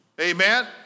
Amen